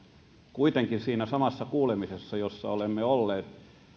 kuitenkin siinä samassa kuulemisessa jossa olemme olleet